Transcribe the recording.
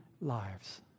lives